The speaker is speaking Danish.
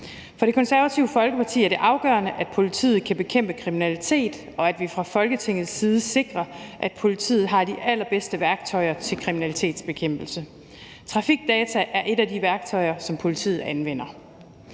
For Det Konservative Folkeparti er det afgørende, at politiet kan bekæmpe kriminalitet, og at vi fra Folketingets side sikrer, at politiet har de allerbedste værktøjer til kriminalitetsbekæmpelse. Trafikdata er et af de værktøjer, som politiet anvender.